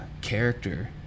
character